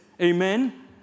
amen